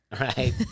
right